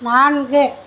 நான்கு